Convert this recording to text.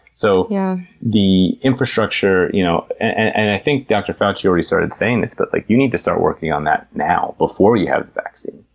so yeah the infrastructure you know and i think dr. fauci already started saying this but like you need to start working on that now before we have a vaccine,